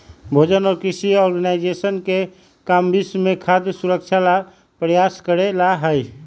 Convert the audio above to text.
भोजन और कृषि ऑर्गेनाइजेशन के काम विश्व में खाद्य सुरक्षा ला प्रयास करे ला हई